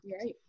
Right